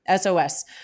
SOS